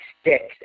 sticks